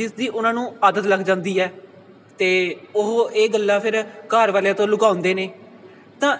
ਜਿਸ ਦੀ ਉਹਨਾਂ ਨੂੰ ਆਦਤ ਲੱਗ ਜਾਂਦੀ ਹੈ ਅਤੇ ਉਹ ਇਹ ਗੱਲਾਂ ਫਿਰ ਘਰ ਵਾਲਿਆਂ ਤੋਂ ਲੁਕਾਉਂਦੇ ਨੇ ਤਾਂ